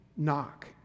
Knock